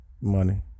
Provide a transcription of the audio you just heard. money